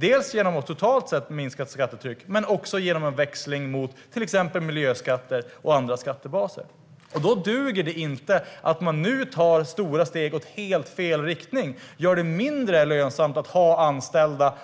Det handlar dels om att totalt sett minska skattetrycket, dels om en skatteväxling till exempelvis miljöskatter och andra skattebaser. Då duger det inte att nu ta stora steg i helt fel riktning, att göra det mindre lönsamt att ha anställda